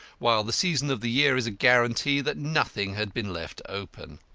while the season of the year is a guarantee that nothing had been left open.